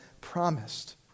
promised